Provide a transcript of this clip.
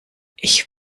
ich